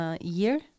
Year